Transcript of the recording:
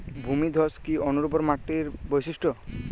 ভূমিধস কি অনুর্বর মাটির বৈশিষ্ট্য?